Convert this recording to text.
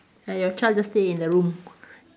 and your child just stay in the room